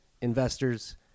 investors